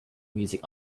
music